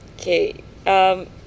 Okay